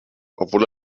obwohl